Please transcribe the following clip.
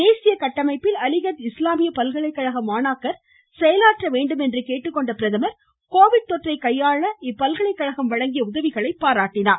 தேசிய கட்டமைப்பில் அலிகட் இஸ்லாமிய பல்கலைக்கழக மாணாக்கர் செயலாற்ற வேண்டும் கேட்டுக்கொண்ட பிரதமர் கோவிட் தொற்றைக் கையாள இப்பல்கலைக்கழகம் வழங்கிய என்று உதவிகளை பாராட்டினார்